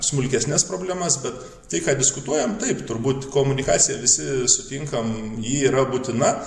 smulkesnes problemas bet tai ką diskutuojam taip turbūt komunikacija visi sutinkam ji yra būtina